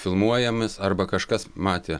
filmuojamis arba kažkas matė